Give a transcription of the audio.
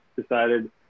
decided